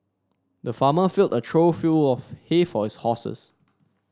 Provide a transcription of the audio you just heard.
the farmer filled a trough full of hay for his horses